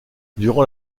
durant